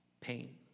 pain